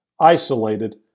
isolated